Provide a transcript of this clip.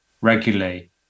regularly